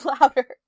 louder